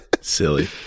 Silly